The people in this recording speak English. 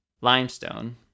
Limestone